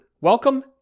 Welcome